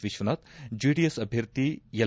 Vishwanath JDS ಅಭ್ಯರ್ಥಿ L